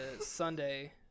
Sunday